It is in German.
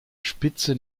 spitze